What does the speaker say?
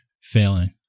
failing